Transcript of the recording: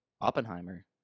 Oppenheimer